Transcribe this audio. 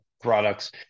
products